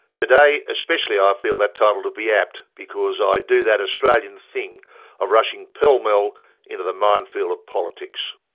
today especially i feel that title to be apt because i do that australian thing of rushing pell-mell into the minefield of politics